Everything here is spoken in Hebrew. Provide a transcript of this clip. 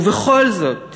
ובכל זאת